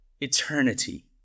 eternity